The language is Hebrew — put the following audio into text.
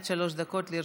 עד שלוש דקות לרשותך.